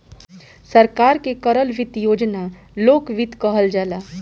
सरकार के करल वित्त योजना लोक वित्त कहल जाला